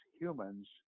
humans